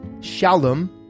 Shalom